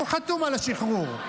הוא חתום על השחרור.